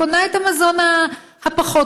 קונה את המזון הפחות-בריא.